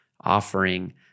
offering